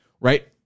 right